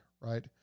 Right